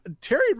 Terry